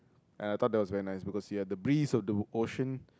and I thought that was very nice because we had the breeze of the o~ ocean